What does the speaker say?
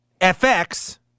FX